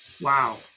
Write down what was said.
wow